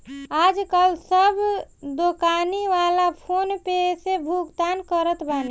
आजकाल सब दोकानी वाला फ़ोन पे से भुगतान करत बाने